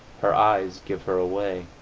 her eyes give her away.